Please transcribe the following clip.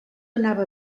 anava